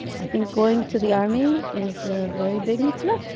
i think going to the army is ah very big mitzvah.